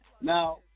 Now